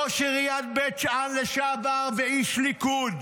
ראש עיריית בית שאן לשעבר ואיש הליכוד,